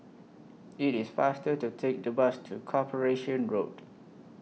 IT IS faster to Take The Bus to Corporation Road